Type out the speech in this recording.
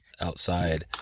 outside